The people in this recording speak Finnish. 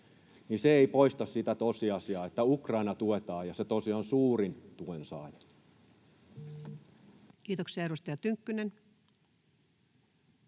paljon — ei poista sitä tosiasiaa, että Ukrainaa tuetaan, ja se tosiaan on suurin tuen saaja. [Speech 37] Speaker: